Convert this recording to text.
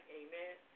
amen